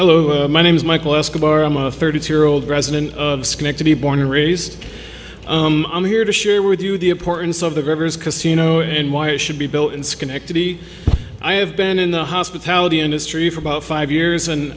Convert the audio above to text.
hello my name is michael escobar i'm a thirty two year old resident of schenectady born and raised i'm here to share with you the importance of the rivers casino and why it should be built in schenectady i have been in the hospitality industry for about five years and